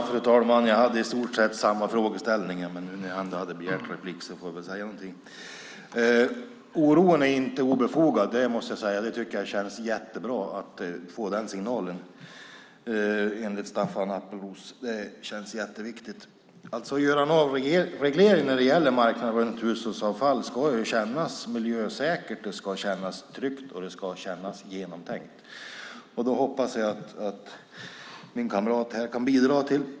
Fru talman! Jag hade i stort sett samma frågeställning, men nu när jag ändå har begärt replik får jag väl säga något. Oron är inte obefogad. Jag tycker att det känns bra att få den signalen från Staffan Appelros. Det känns viktigt. Att göra en avreglering när det gäller marknaden för hushållsavfall ska kännas miljösäkert, tryggt och genomtänkt. Det hoppas jag att min kamrat här kan bidra till.